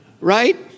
right